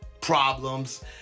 problems